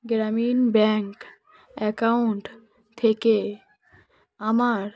গ্রামীণ bank account থেকে আমার